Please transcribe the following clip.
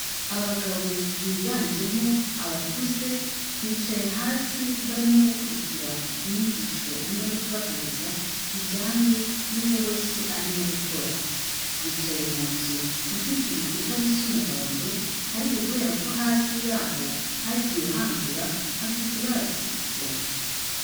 Abagabo biganjemo abakuze, bicaye hasi barimo gukurikira inyigisho umwe ari kubaheriza zijyanye n'ububoshyi arimo gukora, bicaye mu nzu ifite ibikuta bisa umuhondo ariko kubera ko hasi yaho hagiye handura hafite ibara risa ikigina.